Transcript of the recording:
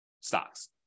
stocks